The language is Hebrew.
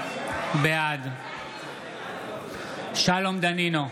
בעד שלום דנינו,